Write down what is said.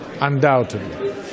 undoubtedly